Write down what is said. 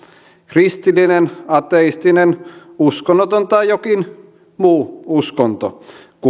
kristillinen ateistinen uskonnoton tai jokin muu uskontokunta